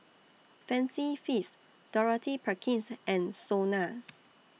Fancy Feast Dorothy Perkins and Sona